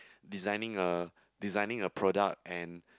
designing a designing a product and